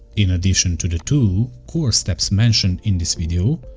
in addition to the two core steps mentioned in this video,